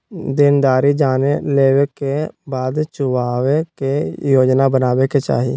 देनदारी जाने लेवे के बाद चुकावे के योजना बनावे के चाहि